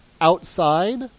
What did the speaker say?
outside